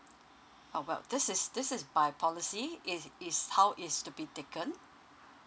oh well this is this is by policy it is how is to be taken